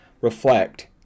reflect